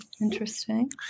Interesting